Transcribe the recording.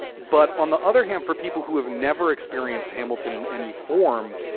but on the other hand, for people who have never experienced hamilton in any form,